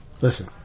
Listen